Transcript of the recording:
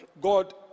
god